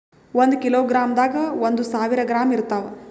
ಒಂದ್ ಕಿಲೋಗ್ರಾಂದಾಗ ಒಂದು ಸಾವಿರ ಗ್ರಾಂ ಇರತಾವ